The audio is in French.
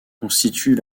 constitue